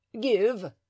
give